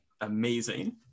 amazing